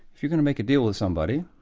if you're going to make a deal with somebody,